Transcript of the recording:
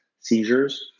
seizures